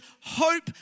hope